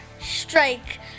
strike